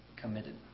committed